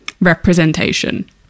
representation